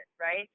right